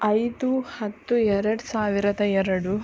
ಐದು ಹತ್ತು ಎರಡು ಸಾವಿರದ ಎರಡು